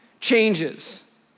changes